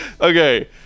okay